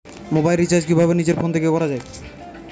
Mobile recharge কিভাবে নিজের phone থেকে করা য়ায়?